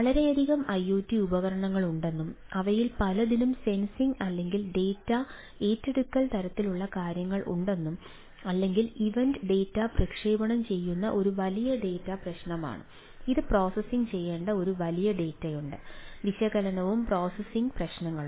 വളരെയധികം ഐഒടി ഉപകരണങ്ങളുണ്ടെന്നും അവയിൽ പലതിലും സെൻസിംഗ് അല്ലെങ്കിൽ ഡാറ്റാ ഏറ്റെടുക്കൽ തരത്തിലുള്ള കാര്യങ്ങൾ ഉണ്ടെന്നും അല്ലെങ്കിൽ ഇവന്റ് ഡാറ്റ പ്രക്ഷേപണം ചെയ്യുന്ന ഒരു വലിയ ഡാറ്റാ പ്രശ്നമാണ് അത് പ്രോസസ്സ് ചെയ്യേണ്ട ഒരു വലിയ ഡാറ്റയുണ്ട് വിശകലനവും പ്രോസസ്സിംഗ് പ്രശ്നവും